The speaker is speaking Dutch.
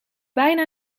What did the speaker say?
bijna